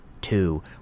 two